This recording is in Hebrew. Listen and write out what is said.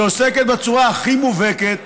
ועוסקת בצורה הכי מובהקת,